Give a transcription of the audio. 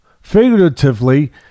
figuratively